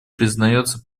признается